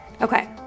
Okay